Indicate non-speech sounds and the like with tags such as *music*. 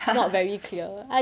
*noise*